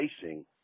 facing